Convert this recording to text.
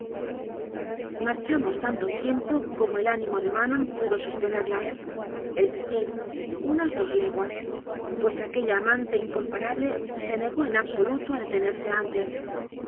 marchamos tanto tiempo como el ánimo de ma non pudo sostenerla es decir unas dos leguas pues aquella amante incomparable se negó en ab soluto a detenerse antes